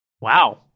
Wow